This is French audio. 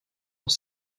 dans